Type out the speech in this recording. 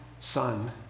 son